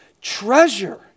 Treasure